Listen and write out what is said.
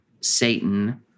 Satan